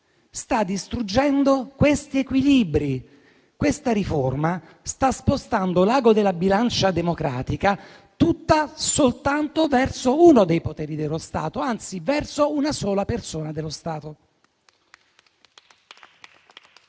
sta distruggendo questi equilibri, questa riforma sta spostando l'ago della bilancia democratica soltanto verso uno dei poteri dello Stato, anzi verso una sola persona dello Stato.